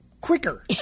quicker